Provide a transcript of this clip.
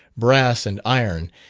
brass and iron,